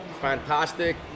fantastic